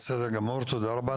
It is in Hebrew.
תודה רבה.